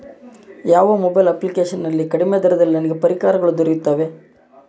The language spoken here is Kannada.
ಯಾವ ಮೊಬೈಲ್ ಅಪ್ಲಿಕೇಶನ್ ನಲ್ಲಿ ಕಡಿಮೆ ದರದಲ್ಲಿ ನನಗೆ ಪರಿಕರಗಳು ದೊರೆಯುತ್ತವೆ?